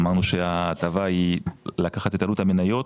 אמרנו שהטבה היא לקחת את עלות המניות